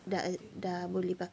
I think what